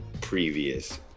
previous